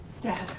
Dad